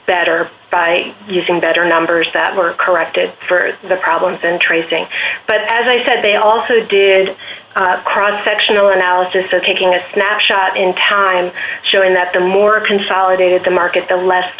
better by using better numbers that were corrected for the problems in trading but as i said they also did cross sectional analysis so taking a snapshot in time showing that the more consolidated the market the less